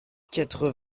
quatre